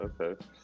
Okay